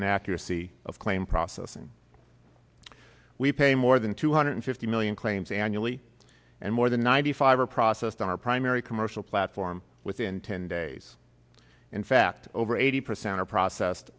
and accuracy of claims processing we pay more than two hundred fifty million claims annually and more than ninety five are processed on our primary commercial platform within ten days in fact over eighty percent are processed